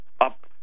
up